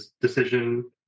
decision